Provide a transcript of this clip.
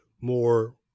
more